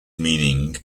meaning